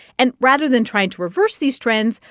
and rather than trying to reverse these trends,